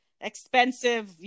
expensive